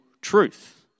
truth